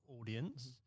audience